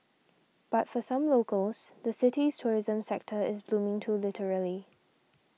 but for some locals the city's tourism sector is booming too literally